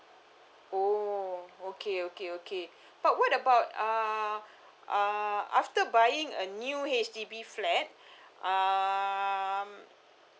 oh okay okay okay but what about uh uh after buying a new H_D_B flat um